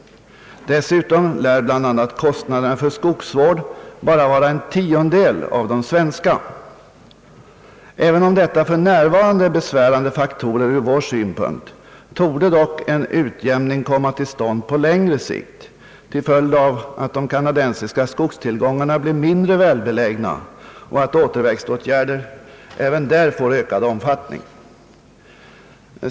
Dessutom lär bl.a. kostnaderna för skogsvård där vara bara en tiondel av de svenska. även om detia är besvärande faktorer ur vår synpunkt torde dock en utjämning komma till stånd på längre sikt till följd av att de kanadensiska skogstillgångarna blir mindre välbelägna och att återväxtåtgärder även där får ökad omfattning.